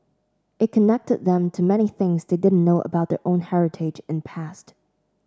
it connected them to many things they didn't know about their own heritage and past